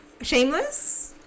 Shameless